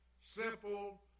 simple